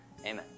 Amen